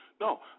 No